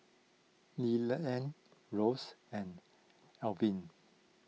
Leland Ross and Alvin